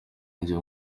njya